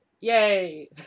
yay